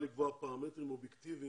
אני חושב שאפשר לקבוע פרמטרים אובייקטיביים